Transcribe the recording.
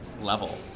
level